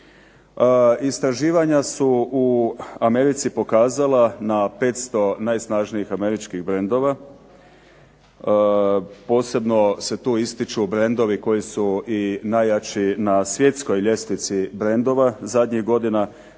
Istraživanja su u Americi pokazala na 500 najsnažnijih američkih brendova posebno se tu ističu brendovi koji su i najjači na svjetskoj ljestvici brendova zadnjih godina